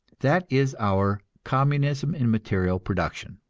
that is our communism in material production.